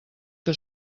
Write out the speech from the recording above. que